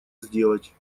сделать